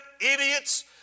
idiots